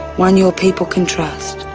one your people can trust.